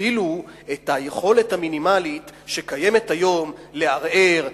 אפילו את היכולת המינימלית שקיימת היום לערער,